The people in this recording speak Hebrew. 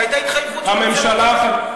זו הייתה התחייבות של הממשלה הקודמת.